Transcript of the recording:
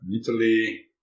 Italy